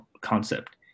concept